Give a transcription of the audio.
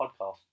podcast